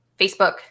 Facebook